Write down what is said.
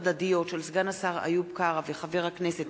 הדדיות של סגן השר איוב קרא וחבר הכנסת